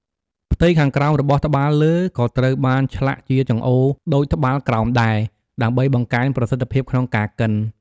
ផ្ទៃខាងក្រោមរបស់ត្បាល់លើក៏ត្រូវបានឆ្លាក់ជាចង្អូរដូចត្បាល់ក្រោមដែរ ដើម្បីបង្កើនប្រសិទ្ធភាពក្នុងការកិន។